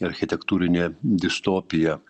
architektūrinė distopija